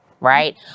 Right